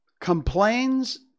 complains